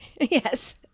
Yes